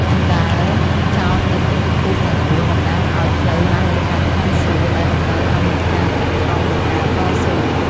ជណ្តើរចោតនៅគ្រប់ទិសទាំងបួន តំណាងឱ្យផ្លូវឡើងទៅកាន់ឋានសួគ៌ ដែលតម្រូវឱ្យមានការខិតខំ និងការតស៊ូ។